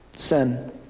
Sin